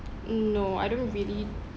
n~ no I don't really